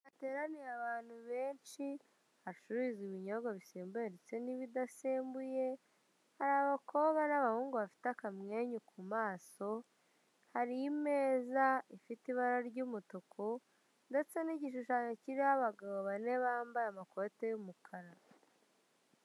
Ahantu hateraniye abantu benshi, hacuruza ibinyobwa bisembuye ndetse n'ibidasembuye hari abakobwa n'abahungu bafite akamwenyu ku maso, hari imeza ifite ibara ry'umutuku, ndetse n'igishushanyo kiriho abagabo bane bambaye amakoti y'umukara.